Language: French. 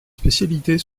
spécialités